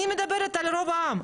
אני מדברת על רוב העם,